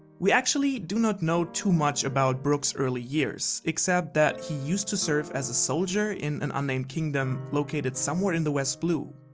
we actually do not know too much about brook's early years, except that he used to serve as a soldier in an unnamed kingdom located somewhere in the west blue.